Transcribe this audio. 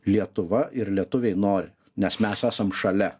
lietuva ir lietuviai nori nes mes esam šalia